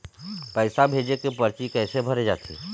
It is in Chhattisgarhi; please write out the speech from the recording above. पैसा भेजे के परची कैसे भरे जाथे?